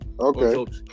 Okay